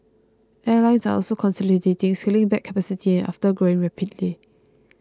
airlines are also consolidating scaling back capacity after growing rapidly